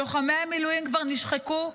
לוחמי המילואים כבר נשחקו,